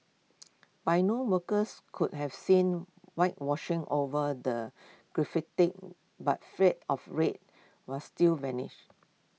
by noon workers could have seen whitewashing over the graffiti but of red were still vanish